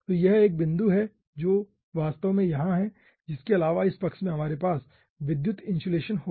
तो यह एक बिंदु है जो वास्तव में यहां है इसके अलावा इस पक्ष में हमारे पास विद्युत इंसुलेशन होगा